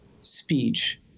speech